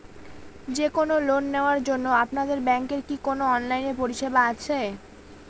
যে কোন লোন নেওয়ার জন্য আপনাদের ব্যাঙ্কের কি কোন অনলাইনে পরিষেবা আছে?